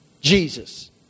Jesus